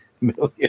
million